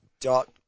dot